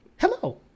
hello